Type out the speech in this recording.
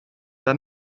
pas